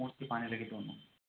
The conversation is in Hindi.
कोस्ट चुकाने लगे दोनों